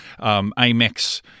Amex